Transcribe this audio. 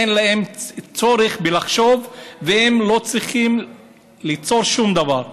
אין להם צורך לחשוב והם לא צריכים ליצור שום דבר.